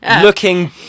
Looking